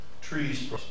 trees